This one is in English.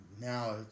now